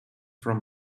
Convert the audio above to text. from